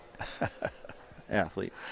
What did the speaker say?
athlete